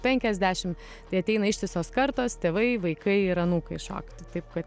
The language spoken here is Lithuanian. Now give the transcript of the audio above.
penkiasdešim tai ateina ištisos kartos tėvai vaikai ir anūkai šokti taip kad